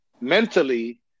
mentally